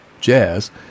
jazz